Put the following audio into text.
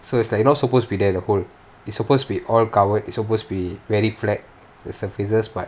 so it's like not supposed to be there the hole it's supposed to be all covered it's supposed to be very flat the surfaces but